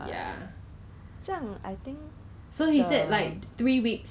I I don't think that one can prevent virus lah but it's better than nothing